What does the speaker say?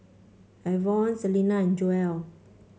Avon Celina and Joel